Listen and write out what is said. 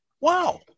Wow